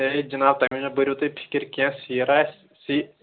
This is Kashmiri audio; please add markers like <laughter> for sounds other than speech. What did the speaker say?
ہے جِناب تمیُک مٔہ بٔرِو فِکِر کیٚنٛہہ سیرِ آسہِ <unintelligible>